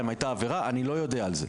הייתה עבירה אני לא יודע על זה.